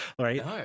right